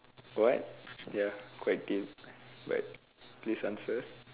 what ya quite deep but please answer